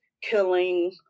killing